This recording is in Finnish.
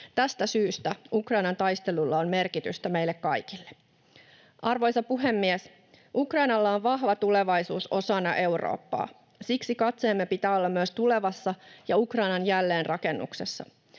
Tästä syystä Ukrainan taistelulla on merkitystä meille kaikille. Arvoisa puhemies! Ukrainalla on vahva tulevaisuus osana Eurooppaa. Siksi katseemme pitää olla myös tulevassa ja Ukrainan jälleenrakennuksessa.